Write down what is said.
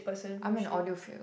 I'm an audiophile